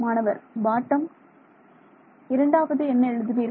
மாணவர் பாட்டம் இரண்டாவது என்ன எழுதுவீர்கள்